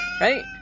Right